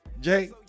Jay